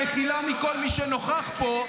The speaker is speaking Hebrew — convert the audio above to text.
מחילה מכל מי שנוכח פה,